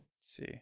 See